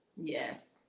Yes